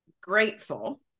grateful